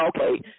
Okay